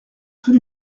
tout